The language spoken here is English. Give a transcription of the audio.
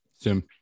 sim